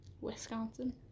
Wisconsin